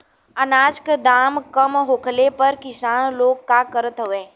अनाज क दाम कम होखले पर किसान लोग का करत हवे?